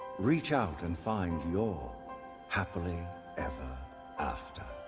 reach out and find your happily ever after.